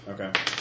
Okay